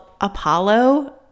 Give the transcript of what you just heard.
Apollo